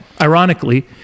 ironically